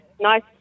nice